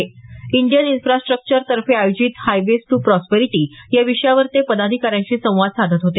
Indian इन्फ्रास्ट्रक्चरतर्फे आयोजित highways to प्रॉस्पेरिटीया विषयावर ते पदाधिकाऱ्यांशी संवाद साधत होते